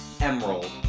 emerald